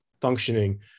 functioning